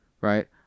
right